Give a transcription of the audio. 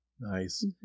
Nice